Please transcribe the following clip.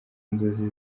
inzozi